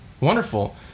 wonderful